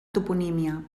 toponímia